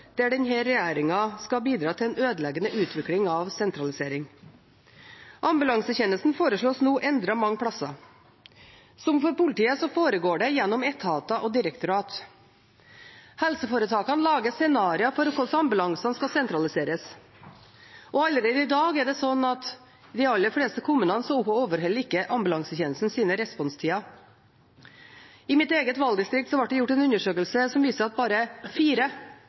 der denne regjeringen skal bidra til en ødeleggende utvikling av sentralisering. Ambulansetjenesten foreslås nå endret mange plasser. Som for politiet foregår det gjennom etater og direktorat. Helseforetakene lager scenarioer for hvordan ambulansene skal sentraliseres, og allerede i dag er det slik at i de aller fleste kommunene overholder ikke ambulansetjenesten sine responstider. I mitt eget valgdistrikt ble det gjort en undersøkelse som viste at bare